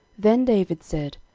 then david said,